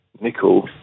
nickel